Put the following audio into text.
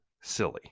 silly